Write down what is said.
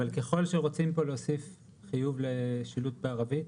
אבל ככל שרוצים פה להוסיף חיוב לשילוט בערבית